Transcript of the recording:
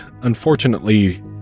unfortunately